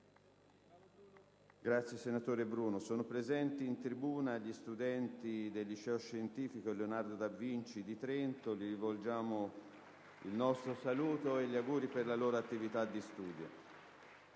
nuova finestra"). Sono presenti in tribuna gli studenti del Liceo scientifico «Leonardo da Vinci» di Trento, ai quali rivolgiamo il nostro saluto e l'augurio per le loro attività di studio.